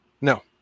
No